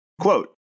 Quote